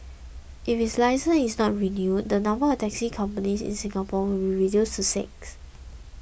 if its licence is not renewed the number of taxi companies in Singapore will be reduced to six